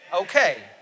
Okay